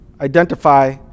identify